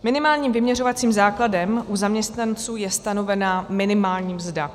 Minimálním vyměřovacím základem u zaměstnanců je stanovená minimální mzda.